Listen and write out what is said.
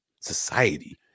society